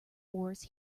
oars